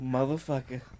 Motherfucker